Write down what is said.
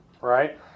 Right